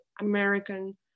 American